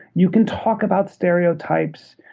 you can talk about stereotypes,